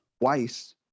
twice